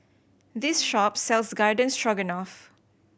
this shop sells Garden Stroganoff